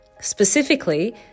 specifically